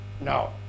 No